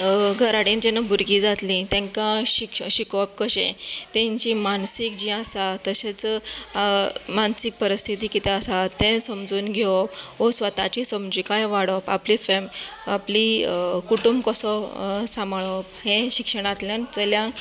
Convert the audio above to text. घरा कडेन जेन्ना भुरगीं जातली तांकां शिक शिकोवपक कशें तांची मानसीक जे आसा तशेंच मानसीक परिस्थिती कितें आसा ते समजून घेवप ओ स्वताची समजिकाय वाडोवप आपली फेम आपली कुटूंब कसो साबांळप हे शिक्षणांतल्यान चलयांक